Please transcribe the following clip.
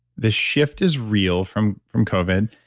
the shift is real from from covid.